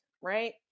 right